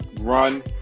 run